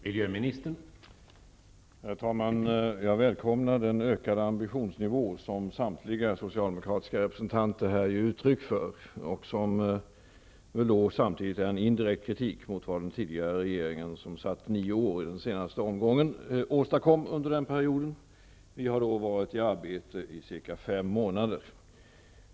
Herr talman! Jag välkomnar den höjda ambitionsnivå som samtliga socialdemokratiska representanter här ger uttryck för och som väl samtidigt utgör en indirekt kritik mot vad den tidigare regeringen, som den senaste omgången var i regeringsställning i nio år, åstadkom under nämnda period. Vi har varit i arbete i cirka fem månader.